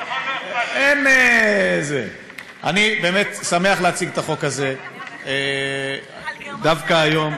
אני באמת שמח להציג את החוק הזה דווקא היום.